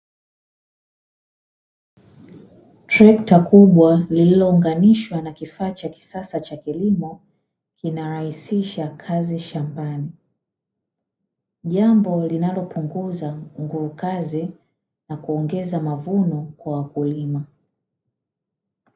Trekta kubwa lililounganishwa na kifaa cha kisasa cha kilimo kinarahisisha kazi shambani, jambo linalopunguza nguvu kazi na kuongeza mavuno kwa wakulima.